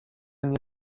nie